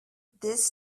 this